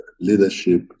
leadership